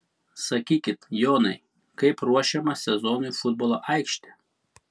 sakykit jonai kaip ruošiama sezonui futbolo aikštė